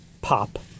pop